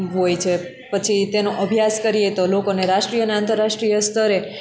હોય છે પછી તેનો અભ્યાસ કરીએ તો લોકોને રાષ્ટ્રિય અને આંતરરાષ્ટ્રિય સ્તરે